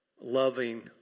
loving